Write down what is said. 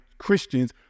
Christians